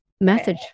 message